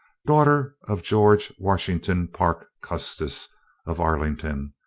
daughter of george washington parke custis of arlington,